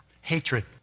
hatred